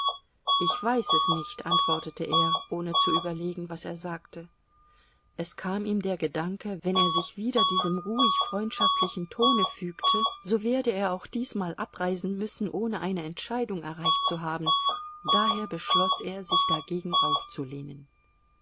ich weiß es nicht antwortete er ohne zu überlegen was er sagte es kam ihm der gedanke wenn er sich wieder diesem ruhig freundschaftlichen tone fügte so werde er auch diesmal abreisen müssen ohne eine entscheidung erreicht zu haben daher beschloß er sich dagegen aufzulehnen